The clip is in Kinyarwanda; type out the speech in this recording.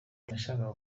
nashakaga